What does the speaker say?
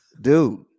Dude